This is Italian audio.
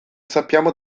sappiamo